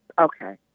Okay